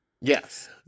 Yes